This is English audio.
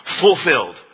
fulfilled